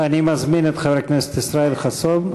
אני מזמין את חבר הכנסת ישראל חסון,